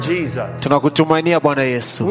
Jesus